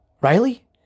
Riley